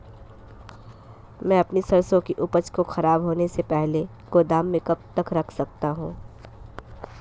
मैं अपनी सरसों की उपज को खराब होने से पहले गोदाम में कब तक रख सकता हूँ?